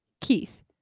Keith